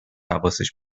حواسش